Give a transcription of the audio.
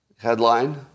headline